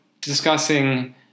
discussing